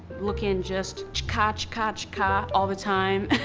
lookin' just ch-kah, ch-kah, ch-kah all the time.